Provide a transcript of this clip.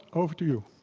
over to you.